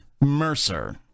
Mercer